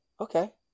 okay